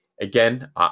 Again